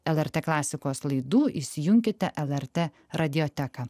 lrt klasikos laidų įsijunkite lrt radioteką